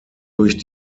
durch